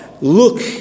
Look